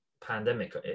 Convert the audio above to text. pandemic